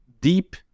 deep